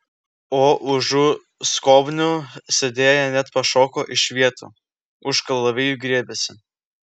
o užu skobnių sėdėję net pašoko iš vietų už kalavijų griebėsi